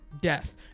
death